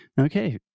Okay